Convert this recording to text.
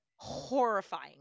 horrifying